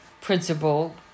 principle